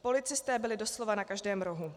Policisté byli doslova na každém rohu.